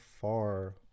far